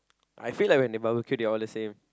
I feel like when they Barbecue they are all the same